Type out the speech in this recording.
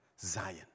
Zion